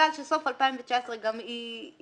שסוף 2019 זה